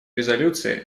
резолюции